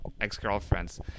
ex-girlfriends